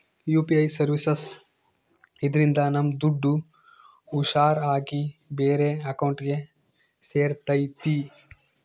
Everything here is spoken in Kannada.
ಯು.ಪಿ.ಐ ಸರ್ವೀಸಸ್ ಇದ್ರಿಂದ ನಮ್ ದುಡ್ಡು ಹುಷಾರ್ ಆಗಿ ಬೇರೆ ಅಕೌಂಟ್ಗೆ ಸೇರ್ತೈತಿ